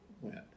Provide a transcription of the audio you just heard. went